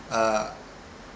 uh